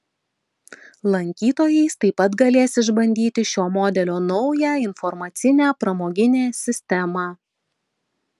lankytojais taip pat galės išbandyti šio modelio naują informacinę pramoginė sistemą